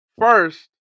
First